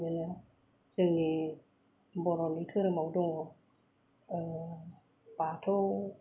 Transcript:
बिदिनो जोंनि बर'नि धोरोमाव दङ बाथौ